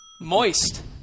Moist